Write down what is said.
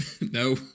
No